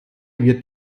wird